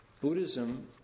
Buddhism